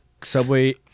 subway